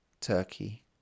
turkey